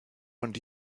und